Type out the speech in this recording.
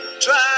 try